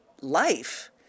life